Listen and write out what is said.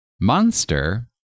Monster